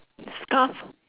scarf